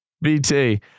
BT